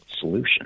solution